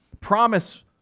promise